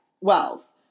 wealth